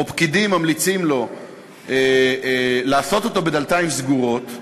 או שפקידים ממליצים לו לעשות בדלתיים סגורות,